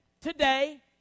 today